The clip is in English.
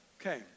Okay